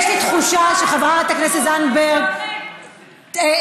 יש לי תחושה שחברת הכנסת זנדברג נהנתה,